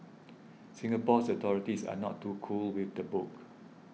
Singapore's authorities are not too cool with the book